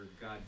God